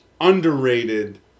underrated